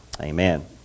Amen